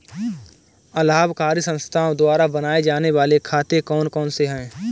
अलाभकारी संस्थाओं द्वारा बनाए जाने वाले खाते कौन कौनसे हैं?